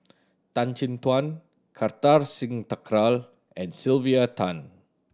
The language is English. Tan Chin Tuan Kartar Singh Thakral and Sylvia Tan